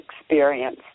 experience